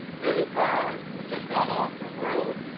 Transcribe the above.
dave, you just got off the road.